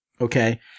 okay